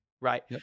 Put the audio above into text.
Right